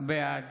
בעד